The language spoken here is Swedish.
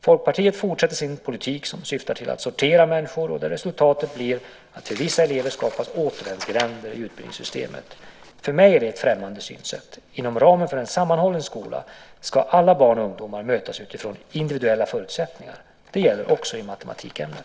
Folkpartiet fortsätter sin politik som syftar till att sortera människor och där resultatet blir att för vissa elever skapas återvändsgränder i utbildningssystemet. För mig är det ett främmande synsätt. Inom ramen för en sammanhållen skola ska alla barn och ungdomar mötas utifrån individuella förutsättningar. Det gäller också i matematikämnet.